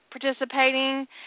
participating